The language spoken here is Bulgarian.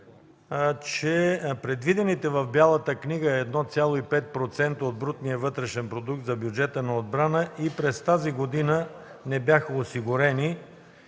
че предвидените в Бялата книга 0,5% от брутния вътрешен продукт за бюджета на отбраната и през тази година не бяха осигурени